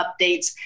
updates